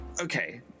Okay